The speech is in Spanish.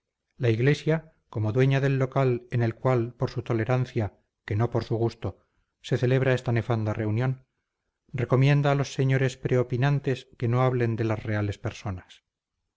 la iglesia como dueña del local en el cual por su tolerancia que no por su gusto se celebra esta nefanda reunión recomienda a los señores preopinantes que no hablen de las reales personas